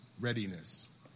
readiness